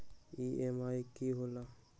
EMI की होला?